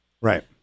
Right